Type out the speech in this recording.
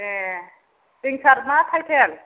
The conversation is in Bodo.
ए रिंसार मा थाइटेल